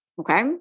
Okay